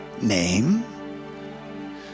name